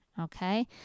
Okay